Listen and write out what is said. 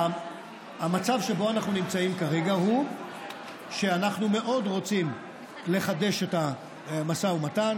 המצב שבו אנחנו נמצאים כרגע הוא שאנחנו מאוד רוצים לחדש את המשא ומתן.